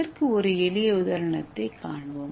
இதற்கு ஒரு எளிய உதாரணத்தைக் காண்போம்